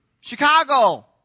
Chicago